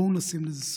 בואו נשים לזה סוף.